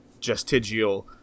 gestigial